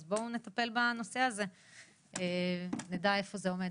אז בואו נטפל בנושא הזה ונדע איפה זה עומד.